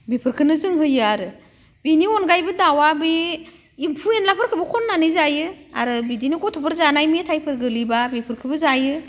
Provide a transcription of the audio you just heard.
बेफोरखौनो जों होयो आरो बेनि अनगायैबो दाउवा बे एम्फौ एन्लाफोरखौबो खननानै जायो आरो बिदिनो गथ'फोर जानाय मेथाइफोर गोग्लैबा बेफोरखौबो जायो